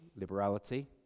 Liberality